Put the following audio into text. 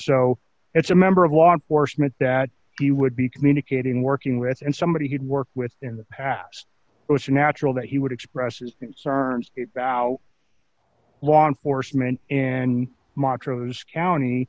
so it's a member of law enforcement that he would be communicating working with and somebody could work with in the past which a natural that he would express his concerns about law enforcement and montrose county